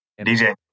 DJ